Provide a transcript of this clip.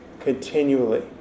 continually